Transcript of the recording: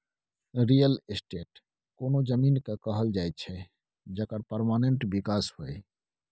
real estate कोनो जमीन केँ कहल जाइ छै जकर परमानेंट बिकास होइ